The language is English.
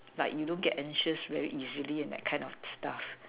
like you don't get anxious very easily and that kind of stuff